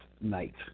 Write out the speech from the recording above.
night